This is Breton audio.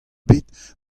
bet